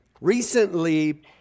recently